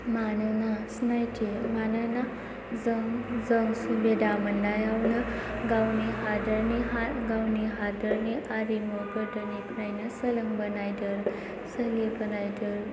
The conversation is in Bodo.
मानोना सिनायथि मानोना जों सुबिदा मोननायावनो गावनि हादरनि हारिमु गोदोनिफ्रायनो सोलिबोनाय